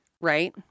Right